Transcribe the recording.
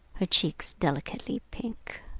her cheeks delicately pink.